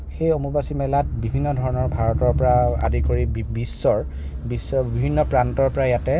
সেই অম্বুবাচী মেলাত বিভিন্ন ধৰণৰ ভাৰতৰ পৰা আদি কৰি বিশ্বৰ বিশ্বৰ বিভিন্ন প্ৰান্তৰ পৰা ইয়াতে